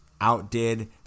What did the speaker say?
outdid